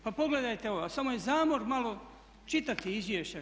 Pa pogledajte ovo, samo je zamor malo čitati izvješća.